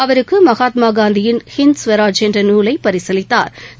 அவருக்கு மகாத்மா காந்தியின் ஹிந்த் ஸ்வராஜ் என்ற நூலை பரிசளித்தாா்